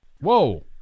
Whoa